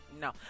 no